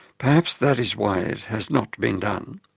perhaps that is why it has not been done.